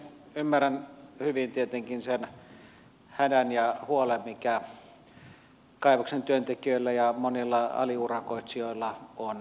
ymmärrän hyvin tietenkin sen hädän ja huolen mikä kaivoksen työntekijöillä ja monilla aliurakoitsijoilla on